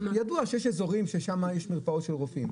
ידוע שיש אזורים ששם יש מרפאות של רופאים,